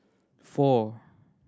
four